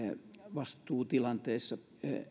vastuutilanteissa